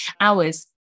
hours